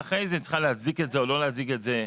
ואחרי זה היא צריכה להצדיק את זה או לא להצדיק את זה,